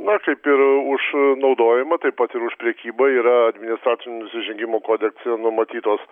na kaip ir už naudojimą taip pat ir už prekybą yra administracinių nusižengimų kodekse numatytos